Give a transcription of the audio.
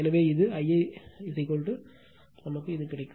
எனவே இது Ia இது இருக்கும்